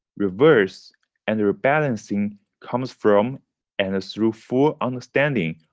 reverse and re-balancing comes from and through full understanding,